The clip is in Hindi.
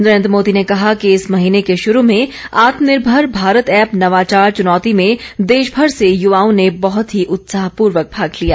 नरेंद्र मोदी ने कहा कि इस महीने के शुरू में आत्मनिर्भर भारत ऐप नवाचार चुनौती में देशभर से युवाओं ने बहुत ही उत्साहपूर्वक भाग लिया